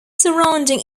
surrounding